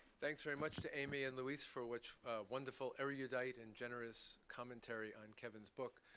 thanks very much to amy and luis for which wonderful erudite and generous commentary on kevin's book.